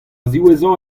ziwezhañ